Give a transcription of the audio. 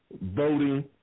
voting